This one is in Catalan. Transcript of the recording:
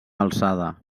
alçada